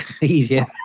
easier